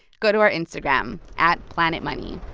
go to our instagram, at planetmoney